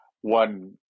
one